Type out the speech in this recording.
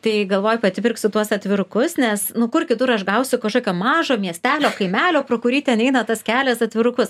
tai galvoju kad pirksiu tuos atvirukus nes nu kur kitur aš gausiu kažkokio mažo miestelio kaimelio pro kurį ten eina tas kelias atvirukus